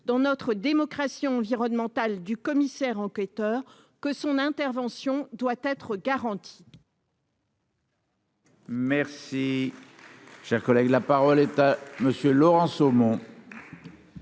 dans notre démocratie environnementale du commissaire enquêteur que son intervention doit être garantie.